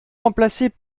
remplacée